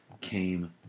came